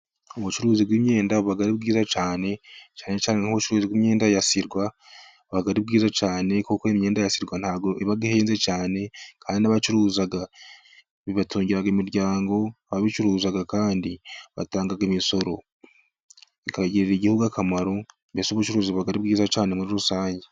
Ubucuruzi bw'imyenda buba ari bwiza cyane. Imyenda yasirwa aba ari myiza cyane kuko imyenda yasirwa iba ihenze cyane kandi n'abacuruza bibatungira imiryango. Ababicuruza kandi batangaga imisoro bikagirira igihugu akamaro. Mbese ubucuruzi bukaba ari bwiza cyane muri rusange.